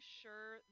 sure